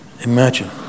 Imagine